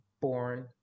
born